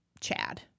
Chad